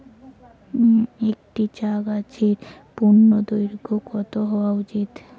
একটি চা গাছের পূর্ণদৈর্ঘ্য কত হওয়া উচিৎ?